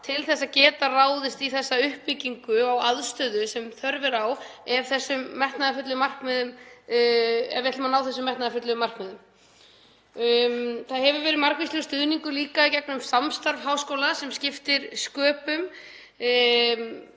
til þess að geta ráðist í þessa uppbyggingu á aðstöðu sem þörf er á ef við ætlum að ná þessum metnaðarfullu markmiðum. Það hefur verið margvíslegur stuðningur líka í gegnum samstarf háskóla sem skiptir sköpum.